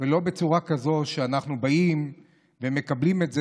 כזאת שאנחנו באים ומקבלים את זה,